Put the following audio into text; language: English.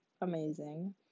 amazing